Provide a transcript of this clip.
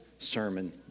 Sermon